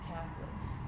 Catholics